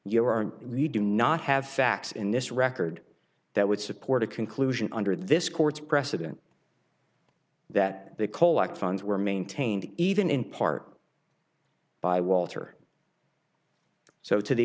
you aren't you do not have facts in this record that would support a conclusion under this court's precedent that they collect funds were maintained even in part by walter so to the